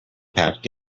packed